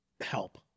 help